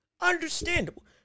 Understandable